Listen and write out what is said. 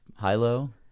Hilo